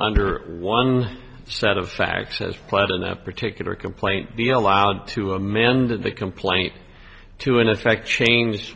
under one set of facts as planned in that particular complaint be allowed to amend the complaint to in effect change